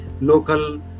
local